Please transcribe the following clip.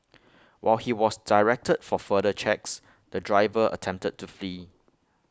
while he was directed for further checks the driver attempted to flee